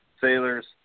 sailors